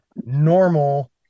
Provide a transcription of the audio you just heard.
normal